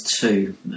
two